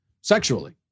sexually